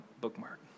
bookmark